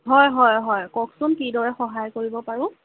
হয় হয় হয় কওকচোন কিদৰে সহায় কৰিব পাৰোঁ